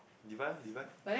divide lah divide